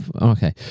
okay